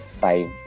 five